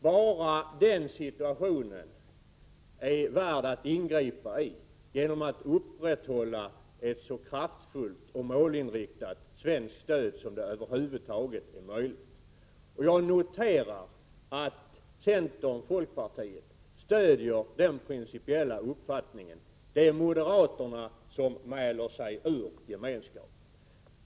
Bara den situationen är värd attingripa mot genom att upprätthålla ett så kraftfullt och målinriktat svenskt stöd som över huvud taget är möjligt. Jag noterar att centern och folkpartiet stödjer den principiella uppfattningen. Det är moderaterna som mäler sig ur gemenskapen.